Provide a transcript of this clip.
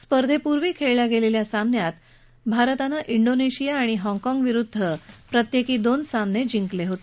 स्पर्धेपूर्वी खेळल्या गेलेल्या सामन्यात भारतानं क्रीनेशिया आणि हाँगकाँग विरुद्ध दोन दोन सामने जिंकले होते